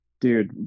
dude